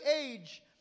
age